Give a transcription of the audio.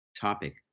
topic